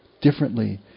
differently